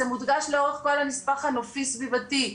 זה מודגש לאורך כל הנספח הנופי סביבתי.